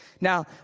Now